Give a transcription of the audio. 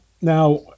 Now